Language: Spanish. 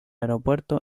aeropuerto